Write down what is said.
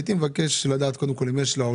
הייתי מבקש לדעת קודם כל אם יש לכם עבור